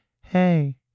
hey